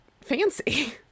fancy